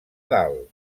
dalt